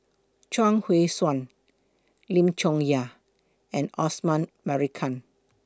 Chuang Hui Tsuan Lim Chong Yah and Osman Merican